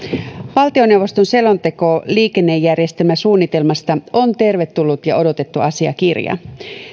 valtioneuvoston selonteko liikennejärjestelmäsuunnitelmasta on tervetullut ja odotettu asiakirja